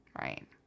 Right